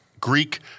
Greek